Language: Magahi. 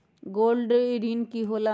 गोल्ड ऋण की होला?